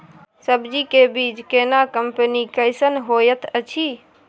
सब्जी के बीज केना कंपनी कैसन होयत अछि?